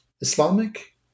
Islamic